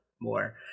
more